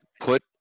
put